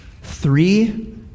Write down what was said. three